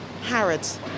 Harrods